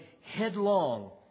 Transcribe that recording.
headlong